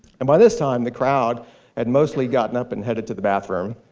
and by this time, the crowd had mostly gotten up and headed to the bathroom,